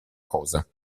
cosa